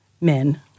men